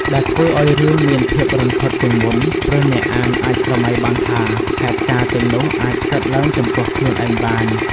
ដែលធ្វើឲ្យរឿងមានភាពរន្ធត់ជាងមុន ព្រោះអ្នកអានអាចស្រមៃបានថា ហេតុការណ៍ទាំងនោះអាចកើតឡើងចំពោះខ្លួនឯងបាន។